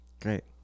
Great